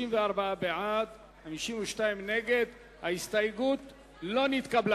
בעוד כחצי דקה נמשיך בהצבעות, נא לשבת.